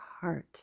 heart